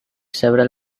several